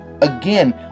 again